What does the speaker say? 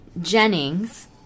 Jennings